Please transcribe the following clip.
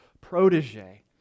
protege